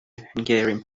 hungarian